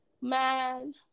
Man